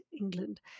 England